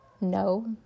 no